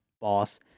boss